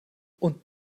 und